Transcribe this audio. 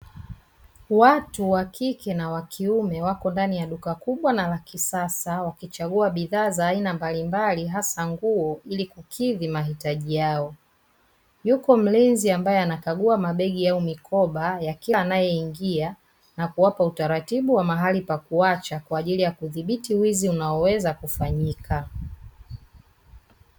Watu wa kike na wa kiume wako ndani ya duka kubwa na la kisasa, wakichagua bidhaa za aina mbalimbali; hasa nguo, ili kikidhi mahitaji yao. Yuko mlinzi ambaye anakagua mabegi au mikoba ya kila anayeingia na kuwapa utaratibu wa mahali pa kuacha, kwa ajili ya kudhibiti wizi unaoweza kufanyika.